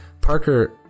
Parker